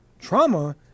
trauma